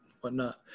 whatnot